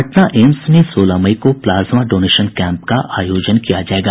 पटना एम्स में सोलह मई को प्लाज्मा डोनेशन कैम्प का आयोजन किया जायेगा